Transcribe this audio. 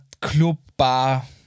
Club-Bar